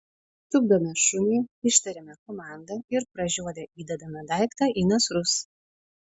tupdome šunį ištariame komandą ir pražiodę įdedame daiktą į nasrus